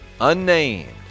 unnamed